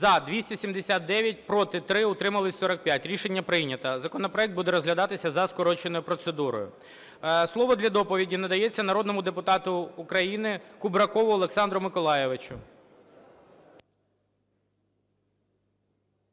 За-279 Проти – 3, утримались – 45. Рішення прийнято. Законопроект буде розглядатися за скороченою процедурою. Слово для доповіді надається народному депутату України Кубракову Олександру Миколайовичу.